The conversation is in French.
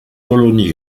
colonies